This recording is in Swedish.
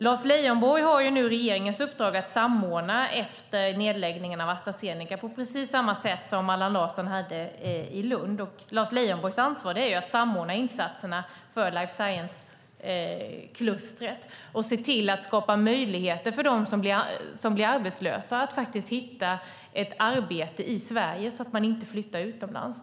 Lars Leijonborg har nu regeringens uppdrag att efter nedläggningen av Astra Zeneca samordna - på precis samma sätt som när det gällde Allan Larsson och Lund. Lars Leijonborgs ansvar är att samordna insatserna för life science-klustret och att för dem som blir arbetslösa skapa möjligheter att hitta ett arbete i Sverige så att de inte flyttar utomlands.